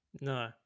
No